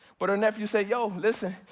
but her nephew said, yo, listen,